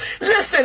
Listen